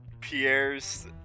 Pierre's